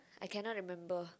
I cannot remember